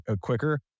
quicker